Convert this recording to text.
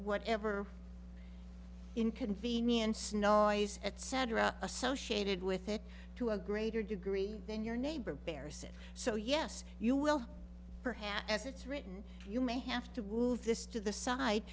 whatever inconvenience noise etc associated with it to a greater degree than your neighbor bears it so yes you will perhaps as it's written you may have to move this to the side